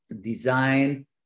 design